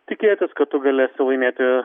tikėtis kad tu galėsi laimėti